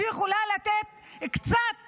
שיכולה לתת קצת כיוון.